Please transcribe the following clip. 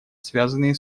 связанные